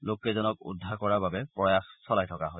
লোককেইজনক উদ্ধাৰ কৰাৰ বাবে প্ৰয়াস চলাই থকা হৈছে